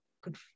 good